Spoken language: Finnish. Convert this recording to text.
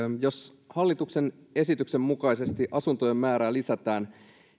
jos hallituksen esityksen mukaisesti asuntojen määrää lisätään